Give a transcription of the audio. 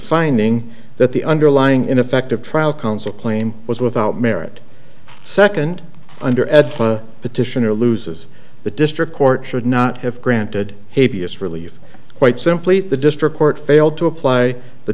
finding that the underlying ineffective trial counsel claim was without merit a second under ed petitioner loses the district court should not have granted hippias relief quite simply that the district court failed to apply the